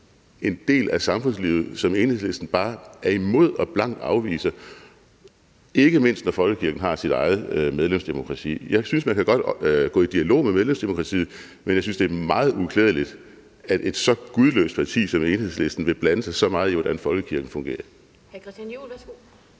en del af samfundslivet, som Enhedslisten bare er imod og blankt afviser – ikke mindst når folkekirken har sit eget medlemsdemokrati. Jeg synes, at man godt kan gå i dialog med medlemsdemokratiet, men jeg synes, at det er meget uklædeligt, at et så gudløst parti som Enhedslisten vil blande sig så meget i, hvordan folkekirken fungerer. Kl. 12:08 Den fg.